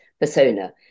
persona